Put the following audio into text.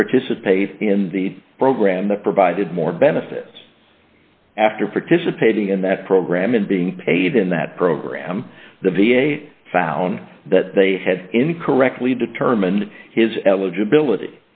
to participate in the program that provided more benefits after participating in that program and being paid in that program the v a found that they had incorrectly determined his eligibility